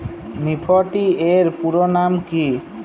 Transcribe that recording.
Nifty এর পুরোনাম কী?